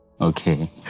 Okay